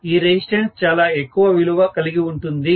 ఈ రెసిస్టెన్స్ చాలా ఎక్కువ విలువ కలిగి ఉంటుంది